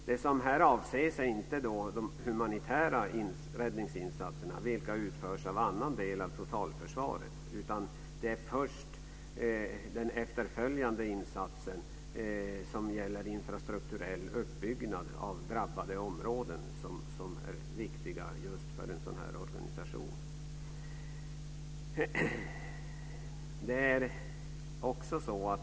Det som här avses är inte de humanitära räddningsinsatserna som utförs av annan del av totalförsvaret, utan det är först den efterföljande insatsen som gäller infrastrukturell uppbyggnad av drabbade områden som är viktig just för en sådan här organisation.